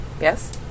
Yes